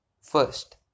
First